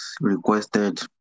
requested